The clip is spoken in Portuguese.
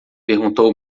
perguntou